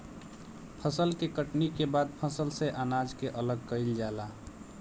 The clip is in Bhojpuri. फसल के कटनी के बाद फसल से अनाज के अलग कईल जाला